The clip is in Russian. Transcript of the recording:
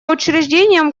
учреждением